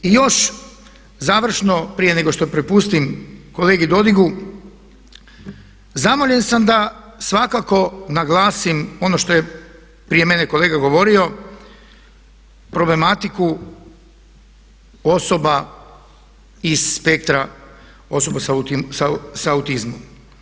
I još završno prije nego što prepustim kolegi Dodigu, zamoljen sam da svakako naglasim ono što je prije mene kolega govorio problematiku osoba iz spektra osoba sa autizmom.